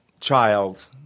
child